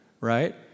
Right